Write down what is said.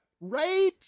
right